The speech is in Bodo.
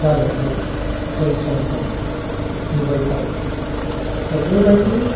जानायखौ जों सम सम नुबाय थाबोदों दा बेबायदि